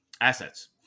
assets